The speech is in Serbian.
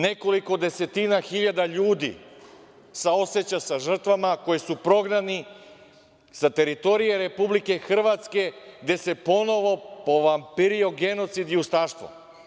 Nekoliko desetina hiljada ljudi saoseća sa žrtvama koje su prognane sa teritorije Republike Hrvatske, gde se ponovo povampirio genocid i ustaštvo.